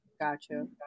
gotcha